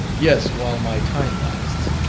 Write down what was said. yes, while my time lasts.